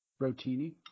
Rotini